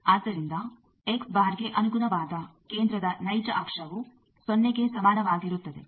ಆದ್ದರಿಂದ ಗೆ ಅನುಗುಣವಾದ ಕೇಂದ್ರದ ನೈಜ ಅಕ್ಷವು ಸೊನ್ನೆಗೆ ಸಮಾನವಾಗಿರುತ್ತದೆ